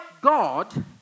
God